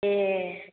ए